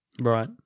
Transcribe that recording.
Right